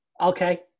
Okay